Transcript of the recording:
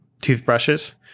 toothbrushes